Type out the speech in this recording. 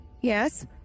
Yes